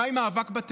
מה עם מאבק בטרור?